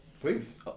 please